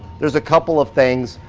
there's a couple of things.